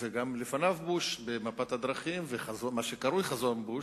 ולפניו בוש ומפת הדרכים ומה שקרוי "חזון בוש",